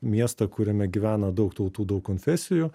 miestą kuriame gyvena daug tautų daug konfesijų